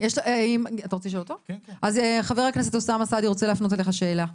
חבר הכנסת אוסאמה סעדי רוצה להפנות אליך שאלה.